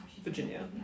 Virginia